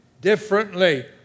differently